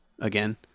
again